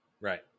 Right